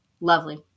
lovely